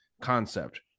concept